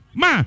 ma